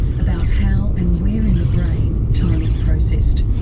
about how and where in the brain, time is processed.